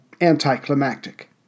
anticlimactic